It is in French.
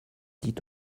dit